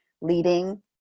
leading